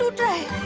day.